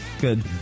Good